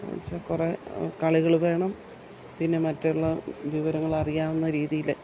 എന്നുവെച്ചാൽ കുറേ കളികൾ വേണം പിന്നെ മറ്റുള്ള വിവരങ്ങൾ അറിയാവുന്ന രീതിയിൽ